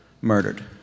murdered